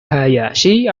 hayashi